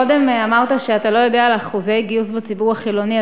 קודם אמרת שאתה לא יודע על אחוזי הגיוס בציבור החילוני,